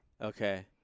Okay